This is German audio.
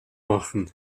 machen